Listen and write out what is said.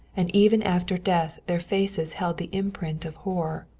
and even after death their faces held the imprint of horror.